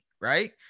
Right